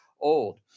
old